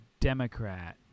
Democrat